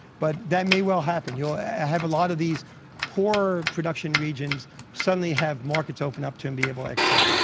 but that may well happen, you'll have a lot of these poorer production regions suddenly have markets open up to them and be able to export.